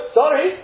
sorry